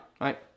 right